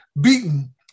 beaten